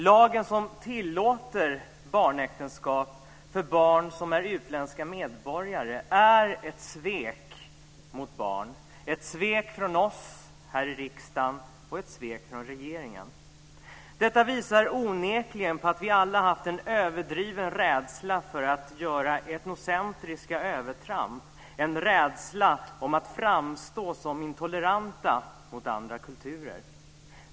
Lagen som tillåter barnäktenskap för barn som är utländska medborgare är ett svek mot barn, ett svek från oss här i riksdagen och ett svek från regeringen. Detta visar onekligen på att vi alla har haft en överdriven rädsla för att göra etnocentriska övertramp, en rädsla för att framstå som intoleranta mot andra kulturer.